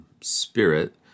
spirit